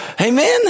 Amen